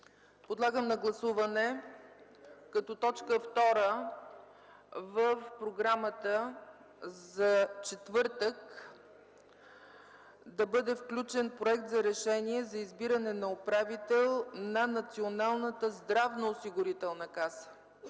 Подлагам на гласуване като точка втора в програмата за четвъртък да бъде включен Проект за решение за избиране на управител на Националната здравноосигурителна каса.